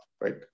right